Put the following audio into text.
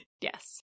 Yes